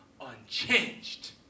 unchanged